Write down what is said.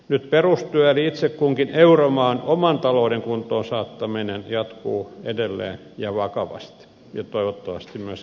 nyt perustyö eli itse kunkin euromaan oman talouden kuntoonsaattaminen jatkuu edelleen ja vakavasti ja toivottavasti myöskin vakaasti